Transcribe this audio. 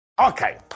Okay